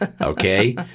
okay